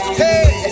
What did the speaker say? hey